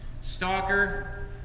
stalker